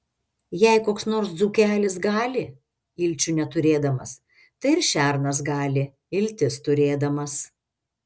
jei koks nors dzūkelis gali ilčių neturėdamas tai ir šernas gali iltis turėdamas